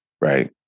right